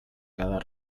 cada